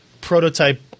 prototype